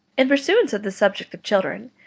in pursuance of the subject of children,